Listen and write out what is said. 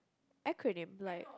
acronym like